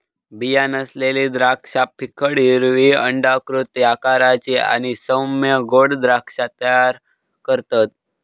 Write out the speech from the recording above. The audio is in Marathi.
बीया नसलेली द्राक्षा फिकट हिरवी अंडाकृती आकाराची आणि सौम्य गोड द्राक्षा तयार करतत